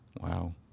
Wow